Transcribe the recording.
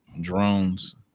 Drones